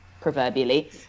proverbially